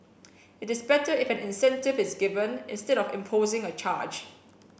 it is better if an incentive is given instead of imposing a charge